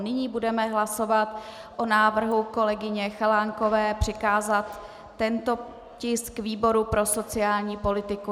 Nyní budeme hlasovat o návrhu kolegyně Chalánkové přikázat tento tisk výboru pro sociální politiku.